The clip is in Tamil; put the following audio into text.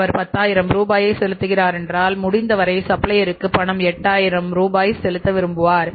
அவர் 10000 ரூபாயை செலுத்துகிறார் என்றால் முடிந்தவரை சப்ளையருக்கு பணம் 8000 ரூபாய் செலுத்த விரும்புவார்